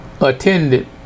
attended